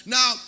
Now